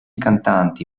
cantanti